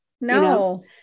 no